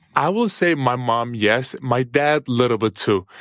i will say my mom, yes. my dad little bit too.